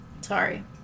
Sorry